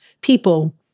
people